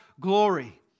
glory